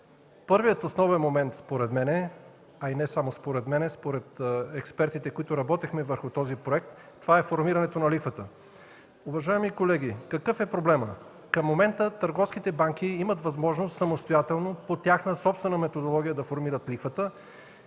Първият основен момент според мен, а и не само според мен – според експертите, с които работехме върху този проект, е формирането на лихвата. Уважаеми колеги, какъв е проблемът? Към момента търговските банки имат възможност самостоятелно, по тяхна собствена методология да формират лихвата,